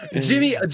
Jimmy